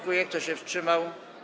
Kto się wstrzymał?